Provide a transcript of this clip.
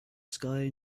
sky